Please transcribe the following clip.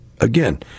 Again